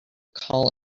call